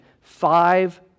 five